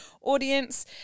audience